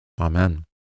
Amen